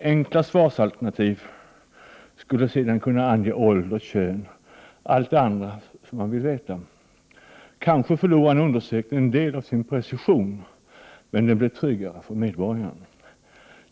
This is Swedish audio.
Enkla svarsalternativ skulle sedan kunna ange ålder, kön och allt det andra som man vill veta. Kanske förlorar en undersökning en del av sin precision, men den blir tryggare för medborgaren.